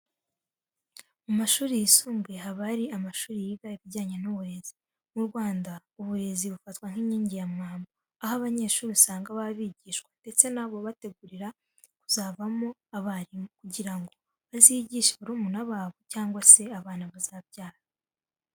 Mu mashuri yisumbuye haba hari amashuri yiga ibijyanye n'uburezi. Mu Rwanda uburezi bufatwa nk'inkingi ya mwamba, aho abanyeshuri usanga baba bigishwa ndetse na bo babategurira kuzavamo abarimu, kugira ngo bazigishe barumuna babo cyangwa se abana bazabyara.